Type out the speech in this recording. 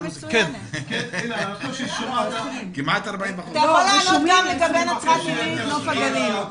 אתה יכול לענות גם לגבי נצרת עילית, נוף הגליל.